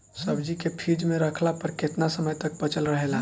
सब्जी के फिज में रखला पर केतना समय तक बचल रहेला?